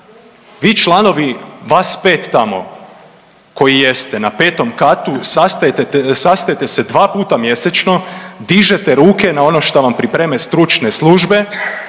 Vi članovi, vas 5 tamo koji jeste na 5. katu sastajete se dva puta mjesečno, dižete ruke na ono šta vam pripreme stručne službe,